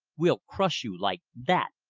we'll crush you like that!